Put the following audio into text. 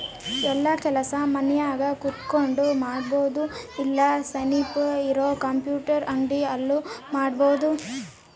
ಯೆಲ್ಲ ಕೆಲಸ ಮನ್ಯಾಗ ಕುಂತಕೊಂಡ್ ಮಾಡಬೊದು ಇಲ್ಲ ಸನಿಪ್ ಇರ ಕಂಪ್ಯೂಟರ್ ಅಂಗಡಿ ಅಲ್ಲು ಮಾಡ್ಬೋದು